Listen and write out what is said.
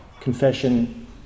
confession